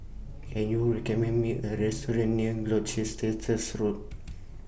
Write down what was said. Can YOU recommend Me A Restaurant near Gloucester Road